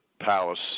Palace